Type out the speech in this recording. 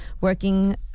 working